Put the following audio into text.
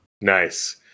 nice